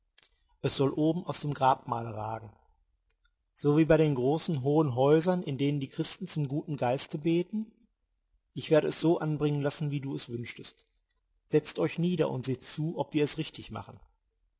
es soll oben aus dem grabmale ragen so wie bei den großen hohen häusern in denen die christen zum guten geiste beten ich werde es so anbringen lassen wie du es wünschest setzt euch nieder und seht zu ob wir es richtig machen